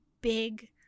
big